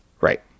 Right